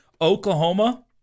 Oklahoma